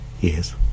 Yes